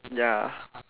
ya